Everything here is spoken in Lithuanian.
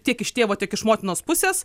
tiek iš tėvo tiek iš motinos pusės